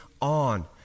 on